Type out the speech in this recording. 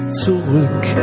zurück